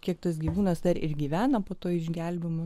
kiek tas gyvūnas dar ir gyvena po to išgelbėjimo